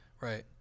Right